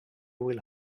will